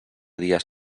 dies